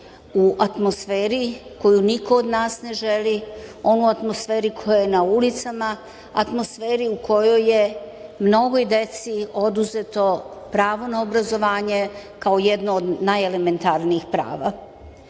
u atmosferi koju niko od nas ne želi, onoj atmosferi koja je na ulicama, atmosferi u kojoj je mnogoj deci oduzeto pravo na obrazovanje, kao jedno od najelementarnijih prava. Mnoge